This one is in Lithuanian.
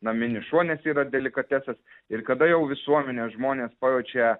naminis šuo nes yra delikatesas ir kada jau visuomenės žmonės pajaučia